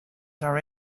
are